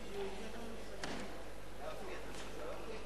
ההצעה להעביר את הנושא לוועדת הכספים נתקבלה.